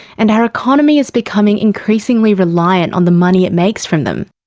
and our economy is becoming increasingly reliant on the money it makes from them.